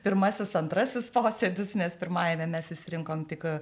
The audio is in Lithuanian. pirmasis antrasis posėdis nes pirmajame mes išsirinkom tik